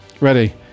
Ready